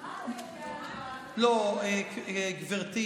מה אתה יודע על מה שאני עושה, לא, גברתי.